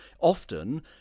often